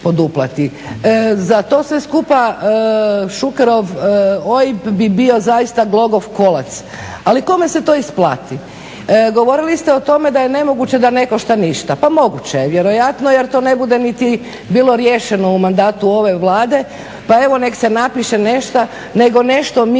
Za to sve skupa Šukerov OIB bi bio glogov kolac. Ali kome se to isplati? Govorili ste o tome da je nemoguće da ne košta ništa. Pa moguće je vjerojatno jer to ne bude niti bilo riješeno u mandatu ove Vlade. Pa evo neka se napiše nešto, nego nešto mi, o